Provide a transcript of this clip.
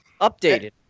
updated